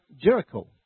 Jericho